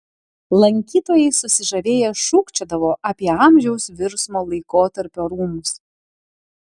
lankytojai susižavėję šūkčiodavo apie amžiaus virsmo laikotarpio rūmus